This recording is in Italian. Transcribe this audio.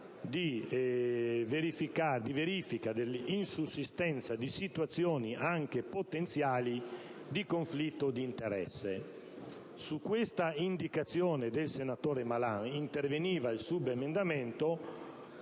di verifica della «insussistenza di situazioni, anche potenziali, di conflitto di interesse». Su questa indicazione del senatore Malan interveniva il nostro subemendamento